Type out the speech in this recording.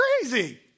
crazy